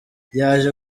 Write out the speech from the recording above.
yaje